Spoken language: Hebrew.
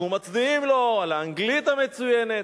אנחנו מצדיעים לו על האנגלית המצוינת.